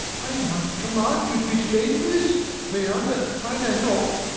i might command you to be slain for this meander, might i not?